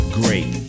great